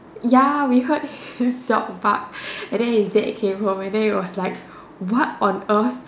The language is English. ya we heard his dog bark and then his dad came home and then he was like what on earth